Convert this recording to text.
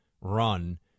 run